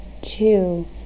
Two